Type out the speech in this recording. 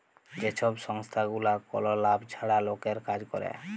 যে ছব সংস্থাগুলা কল লাভ ছাড়া লকের কাজ ক্যরে